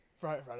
Friday